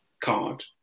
card